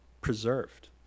preserved